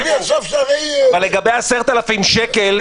אבל --- לגבי ה-10,000 שקלים,